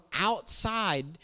outside